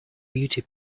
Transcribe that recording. beauty